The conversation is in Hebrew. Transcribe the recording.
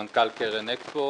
אני מנכ"ל קרן אקספו,